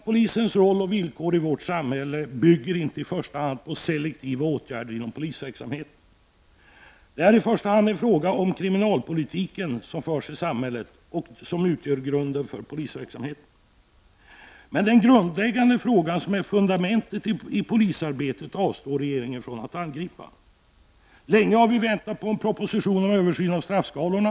Polisens roll och villkor i vårt samhälle bygger inte i första hand på selektiva åtgärder inom polisverksamheten, utan det är i första hand en fråga om den kriminalpolitik som förs i samhället och som utgör grunden för polisverksamheten. Men regeringen avstår från att angripa den grundläggande frågan, den som är fundamentet i polisarbetet. Länge har vi väntat på propositionen om en översyn av straffskalorna.